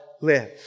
live